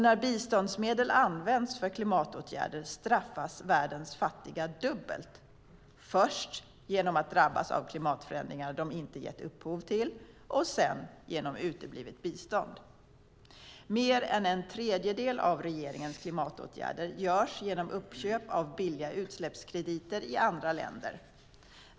När biståndsmedel används för klimatåtgärder straffas världens fattiga dubbelt, först genom att drabbas av klimatförändringar de inte gett upphov till och sedan genom uteblivet bistånd. Mer än en tredjedel av regeringens klimatåtgärder görs genom uppköp av billiga utsläppskrediter i andra länder.